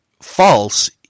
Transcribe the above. false